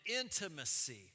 intimacy